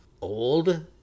old